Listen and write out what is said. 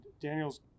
Daniels